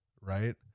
right